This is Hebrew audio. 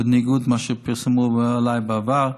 בניגוד למה שפרסמו עליי בעבר.